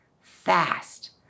fast